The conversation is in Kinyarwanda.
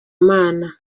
mana